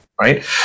right